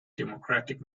democratic